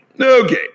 Okay